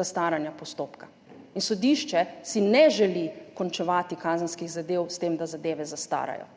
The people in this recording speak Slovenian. zastaranja postopka in sodišče si ne želi končevati kazenskih zadev s tem, da zadeve zastarajo.